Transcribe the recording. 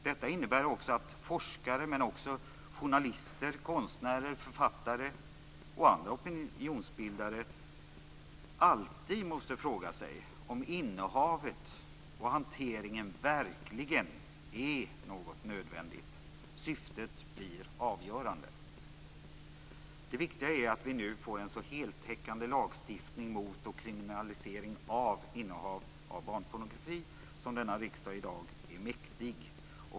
Detta innebär också att forskare men också journalister, konstnärer, författare och andra opinionsbildare alltid måste fråga sig om innehavet och hanteringen verkligen är något nödvändigt. Syftet blir avgörande. Det viktiga är att vi nu får en så heltäckande lagstiftning mot, och kriminalisering av, barnpornografi som denna riksdag i dag är mäktig.